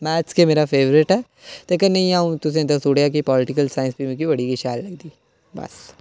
math गै मेरा favourite ऐ ते कन्नै अ'ऊं तुसें ई दस्सी ओड़ेआ कि पोलीटिकल साईंस बी मिगी बड़ी गै शैल लगदी बस